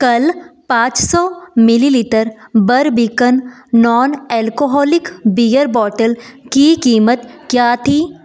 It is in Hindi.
कल पाँच सौ millilitre Barbican non alcoholic beer bottle की क़ीमत क्या थी